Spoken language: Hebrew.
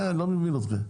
אני לא מבין אתכם,